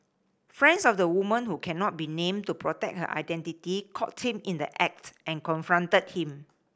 friends of the woman who cannot be named to protect her identity caught him in the act and confronted him